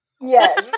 Yes